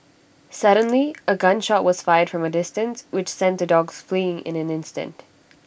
suddenly A gun shot was fired from A distance which sent the dogs fleeing in an instant